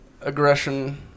aggression